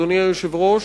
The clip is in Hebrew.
אדוני היושב-ראש,